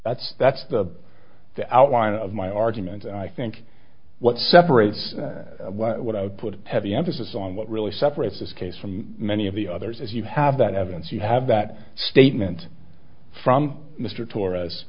that's that's the the outline of my argument i think what separates what i would put a heavy emphasis on what really separates this case from many of the others as you have that evidence you have that statement from mr tor